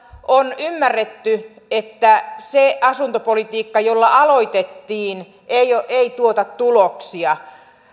on ymmärretty että se asuntopolitiikka jolla aloitettiin ei tuota tuloksia